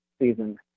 season